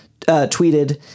tweeted